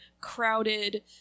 crowded